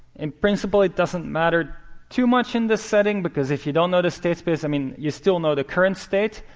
in principle, it doesn't matter too much in this setting because, if you don't know the state space, i mean, you still know the current state.